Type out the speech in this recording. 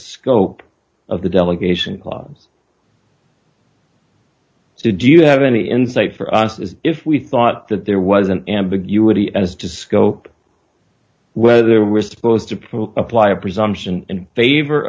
scope of the delegation club did you have any insight for us if we thought that there was an ambiguity as to scope whether we're supposed to apply a presumption in favor